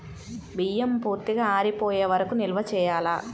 బియ్యం పూర్తిగా ఆరిపోయే వరకు నిల్వ చేయాలా?